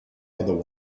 other